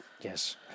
Yes